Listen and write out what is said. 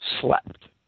slept